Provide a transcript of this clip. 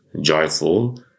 joyful